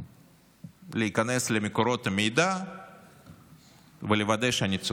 להיכנס למקורות המידע ולוודא שאני צודק,